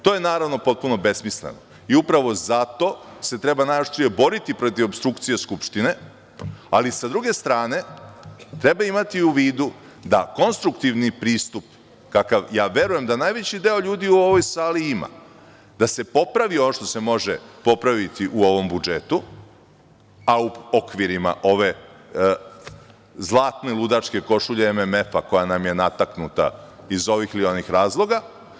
To je potpuno besmisleno i upravo zato se treba najoštrije boriti protiv opstrukcije Skupštine, ali sa druge strane treba imati u vidu da konstruktivni pristup, kakav verujem da najveći deo ljudi u ovoj sali ima, da se popravi ono što se može popraviti u ovom budžetu, a u okvirima ove zlatne ludačke košulje MMF koja nam je nataknuta iz ovih ili onih razloga.